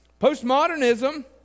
Postmodernism